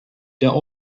der